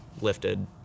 lifted